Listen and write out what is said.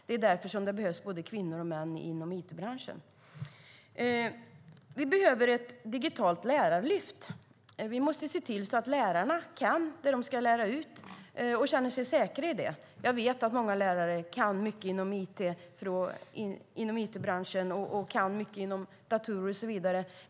Det är därför som det behövs både kvinnor och män inom it-branschen. Vi behöver ett digitalt lärarlyft. Vi måste se till att lärarna kan det som de ska lära ut och känner sig säkra inom det. Jag vet att många lärare kan mycket inom it-branschen, datorer och så vidare.